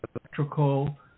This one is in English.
electrical